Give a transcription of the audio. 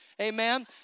Amen